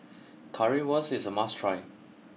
Currywurst is a must try